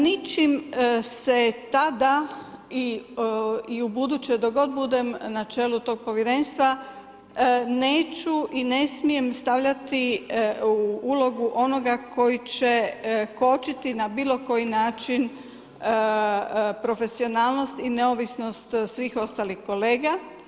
Ničim se tada i ubuduće dok budem na čelu tog povjerenstva neću i ne smijem stavljati u ulogu onoga koji će kočiti na bilo koji način profesionalnost i neovisnost svih ostalih kolega.